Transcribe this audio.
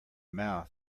mouth